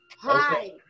Hi